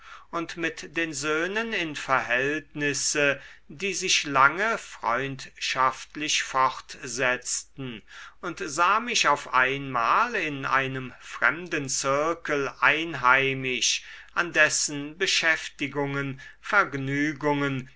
und mit den söhnen in verhältnisse die sich lange freundschaftlich fortsetzten und sah mich auf einmal in einem fremden zirkel einheimisch an dessen beschäftigungen vergnügungen